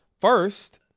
First